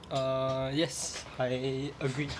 uh yes I agree